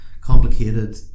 complicated